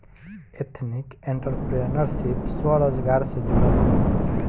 ethnic entrepreneurship स्वरोजगार से जुड़ल हवे